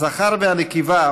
הזכר והנקבה,